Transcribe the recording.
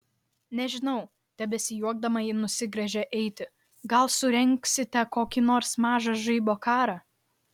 nežinau tebesijuokdama ji nusigręžė eiti gal surengsite kokį nors mažą žaibo karą